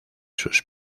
sus